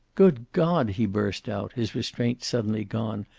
good god! he burst out, his restraint suddenly gone.